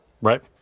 Right